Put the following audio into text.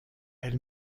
elle